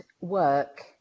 work